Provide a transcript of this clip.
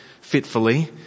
fitfully